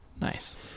nice